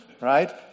right